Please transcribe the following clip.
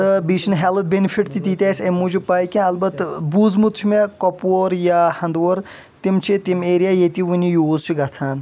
تہٕ بیٚیہِ چھِنہٕ ہیٚلٕتھ بیٚنِفِٹ تہِ تیٖتیٛاہ اَسہِ امہِ موٗجوٗب پاے کیٚنٛہہ اَلبَتہٕ بوٗزمُت چھُ مےٚ کۄپوور یا ہنٛدوور تِم چھِ تِم ایریا ییٚتہِ یہِ وٕنہِ یوٗز چھُ گژھان